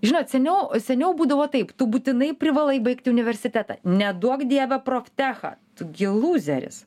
žinot seniau seniau būdavo taip tu būtinai privalai baigti universitetą neduok dieve proftechą gi lūzeris